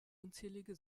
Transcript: unzählige